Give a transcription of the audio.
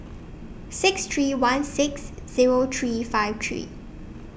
six three one six Zero three five three